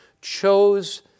chose